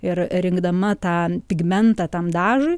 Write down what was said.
ir rinkdama tą pigmentą tam dažui